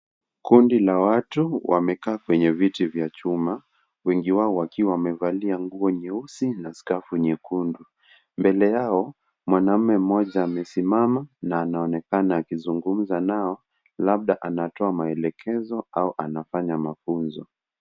Kundi la watu wamekaa kwenye viti vya chuma. Wengi wao wakiwa wamevaa nguo nyeusi na skafu nyekundu. Mbele yao mwanaume mmoja amesimama na anaonekana akizungumza nao labda anatoa maelekezo au anafanya mafunzo.